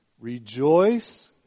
Rejoice